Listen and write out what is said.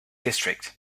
district